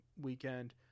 weekend